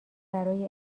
برای